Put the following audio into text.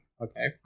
okay